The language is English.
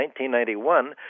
1991